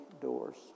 doors